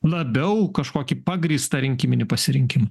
labiau kažkokį pagrįstą rinkiminį pasirinkimą